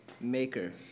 maker